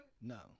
no